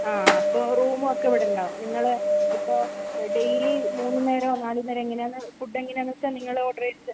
ആ അപ്പോൾ റൂം ഒക്കെ ഇവിടെ ഉണ്ടാകും നിങ്ങൾ ഇപ്പോൾ ഡെയിലി മൂന്ന് നേരോം നാല് നേരോം എങ്ങനെ ആണ് ഫുഡ് എങ്ങനെയാന്ന് വെച്ചാൽ നിങ്ങൾ ഓഡർ ചെയ്ത്